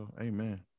Amen